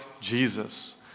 Jesus